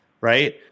right